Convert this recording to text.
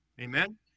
Amen